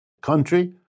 country